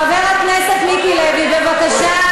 חבר הכנסת מיקי לוי, בבקשה.